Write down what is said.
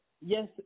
Yes